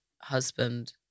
husband